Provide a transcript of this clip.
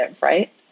right